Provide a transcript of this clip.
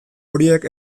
horiek